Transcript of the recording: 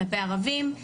כלפי ערבים,